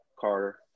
Carter